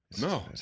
No